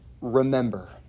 remember